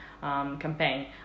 campaign